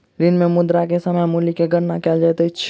ऋण मे मुद्रा के समय मूल्य के गणना कयल जाइत अछि